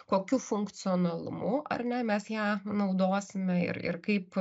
kokiu funkcionalumu ar ne mes ją naudosime ir ir kaip